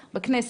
בכנסת,